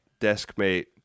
deskmate